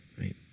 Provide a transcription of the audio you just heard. right